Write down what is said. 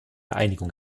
einigung